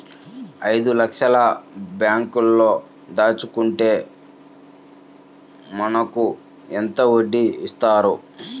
ఐదు లక్షల బ్యాంక్లో దాచుకుంటే మనకు ఎంత వడ్డీ ఇస్తారు?